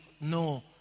No